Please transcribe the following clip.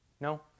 No